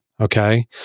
Okay